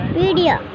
video